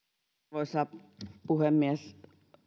arvoisa puhemies